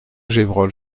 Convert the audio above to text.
gévrol